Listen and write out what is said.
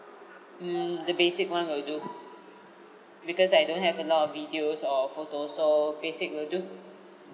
mm the basic one will do because I don't have a lot of videos or photos so basic will do